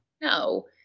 no